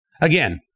Again